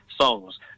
songs